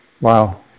Wow